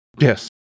Yes